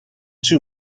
two